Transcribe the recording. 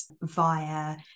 via